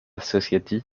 society